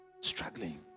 Struggling